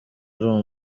ari